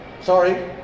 sorry